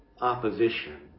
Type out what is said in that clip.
opposition